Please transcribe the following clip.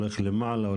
הולך למעלה,